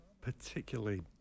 particularly